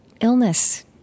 illness